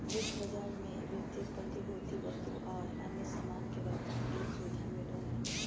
वित्त बाजार मे वित्तीय प्रतिभूति, वस्तु आर अन्य सामान के व्यापार के सुविधा मिलो हय